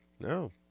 no